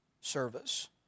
service